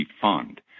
fund